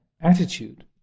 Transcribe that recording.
attitude